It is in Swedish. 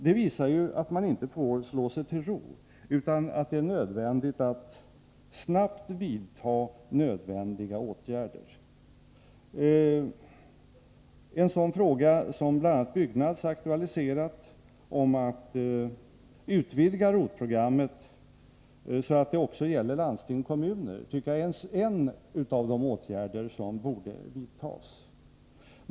Det visar att man inte får slå sig till ro, utan snabbt måste vidta nödvändiga åtgärder. Att, som bl.a. Byggnads aktualiserat, utvidga ROT-programmet så att det också gäller landsting och kommuner tycker jag är en av de åtgärder som borde vidtas.